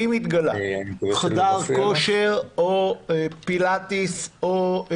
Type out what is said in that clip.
אם התגלה חדר כושר או פילטיס וסטודיו,